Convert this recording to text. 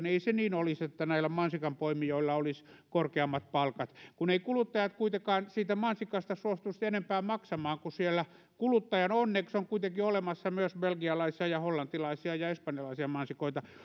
ei se niin olisi että näillä mansikanpoimijoilla olisi korkeammat palkat kun eivät kuluttajat kuitenkaan siitä mansikasta suostuisi enempää maksamaan kun siellä kuluttajan onneksi on kuitenkin olemassa myös belgialaisia ja hollantilaisia ja espanjalaisia mansikoita